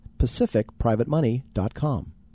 pacificprivatemoney.com